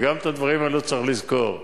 וגם את הדברים האלה צריך לזכור.